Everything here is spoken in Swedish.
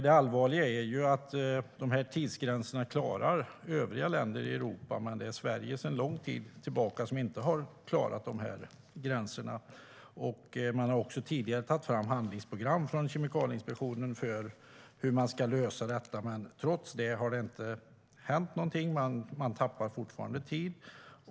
Det allvarliga är att medan övriga länder i Europa klarar tidsgränserna gör Sverige inte det sedan lång tid tillbaka. Kemikalieinspektionen har tidigare tagit fram handlingsprogram för hur man ska lösa detta. Trots det har det inte hänt någonting, utan man tappar fortfarande tid.